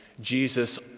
Jesus